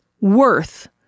worth